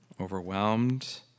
overwhelmed